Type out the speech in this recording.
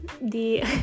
the-